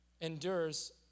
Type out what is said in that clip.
endures